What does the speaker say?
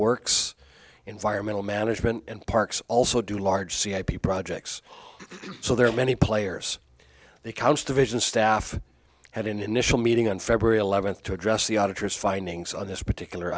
works environmental management and parks also do large c a p projects so there are many players in the house division staff had an initial meeting on february eleventh to address the auditors findings on this particular